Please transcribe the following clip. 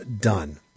done